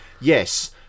yes